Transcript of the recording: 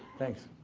thanks.